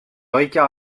ricard